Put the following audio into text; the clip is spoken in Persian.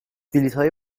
بلیطهای